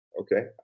okay